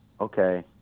okay